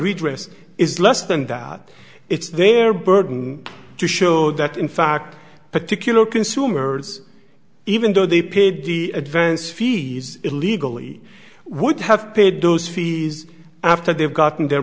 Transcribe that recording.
redress is less than that it's their burden to show that in fact particular consumers even though they paid the advance fees illegally would have paid those fees after they've gotten their